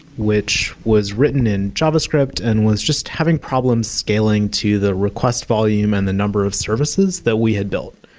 which was written in javascript and was just having problems scaling to the request volume and the number of services that we had built.